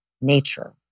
nature